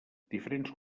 diferents